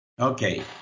Okay